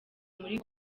muri